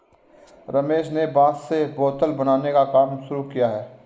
रमेश ने बांस से बोतल बनाने का काम शुरू किया है